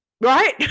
Right